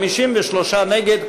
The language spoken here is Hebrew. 53 נגד,